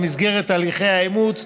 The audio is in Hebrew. במסגרת הליכי האימוץ,